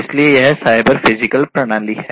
इसलिए यह है साइबर फिजिकल प्रणाली है